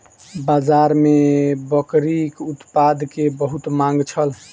बाजार में बकरीक उत्पाद के बहुत मांग छल